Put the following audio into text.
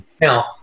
now